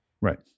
Right